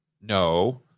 No